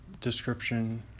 description